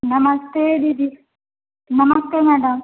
नमस्ते दीदी नमस्ते मैडम